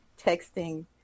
texting